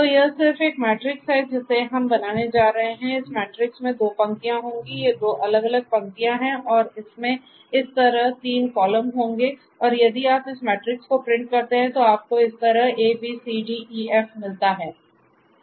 तो यह सिर्फ एक मैट्रिक्स है जिसे हम बनाने जा रहे हैं इस मैट्रिक्स में 2 पंक्तियाँ होंगी ये 2 अलग अलग पंक्तियाँ हैं और इसमें इस तरह 3 कॉलम होंगे और यदि आप इस मैट्रिक्स को प्रिंट करते हैं तो आपको इस तरह a b c d e f मिलता है